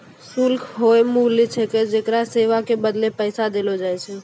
शुल्क हौअ मूल्य छिकै जेकरा सेवा के बदले पैसा देलो जाय छै